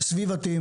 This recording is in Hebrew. סביבתיים